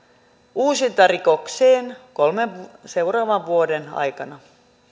uusintarikokseen kolmen seuraavan vuoden aikana